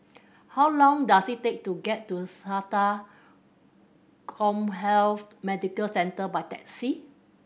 how long does it take to get to SATA CommHealth Medical Centre by taxi